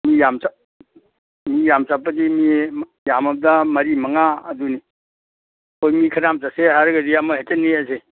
ꯃꯤ ꯌꯥꯝ ꯃꯤ ꯌꯥꯝ ꯆꯠꯄꯗꯤ ꯃꯤ ꯌꯥꯝꯃꯕꯗ ꯃꯔꯤ ꯃꯉꯥ ꯑꯗꯨꯅꯤ ꯑꯩꯈꯣꯏ ꯃꯤ ꯈꯔ ꯌꯥꯝ ꯆꯠꯁꯦ ꯍꯥꯏꯔꯒꯗꯤ ꯑꯃ ꯍꯦꯛꯇ ꯅꯦꯛꯑꯁꯦ